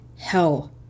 Hell